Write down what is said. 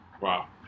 Wow